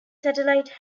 satellite